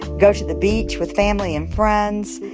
go to the beach with family and friends.